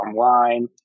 online